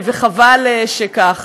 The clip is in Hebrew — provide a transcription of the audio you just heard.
וחבל שכך.